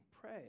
pray